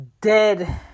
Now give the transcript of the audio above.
dead